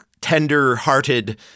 tender-hearted